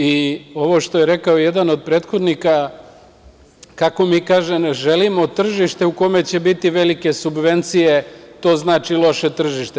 I ovo što je rekao jedan od prethodnika, kako mi, kaže, ne želimo tržište u kome će biti velike subvencije, to znači loše tržište.